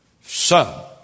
Son